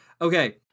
okay